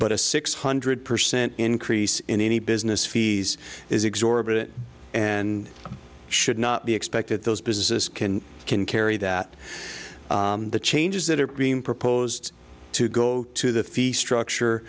but a six hundred percent increase in any business fees is exorbitant and should not be expected those businesses can can carry that the changes that are being proposed to go to the fee structure